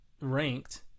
ranked